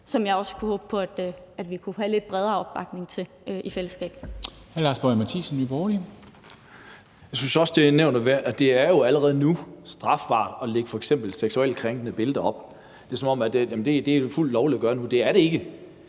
som jeg også kunne håbe på at vi kunne have lidt bredere opbakning til og kunne lave